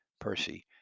Percy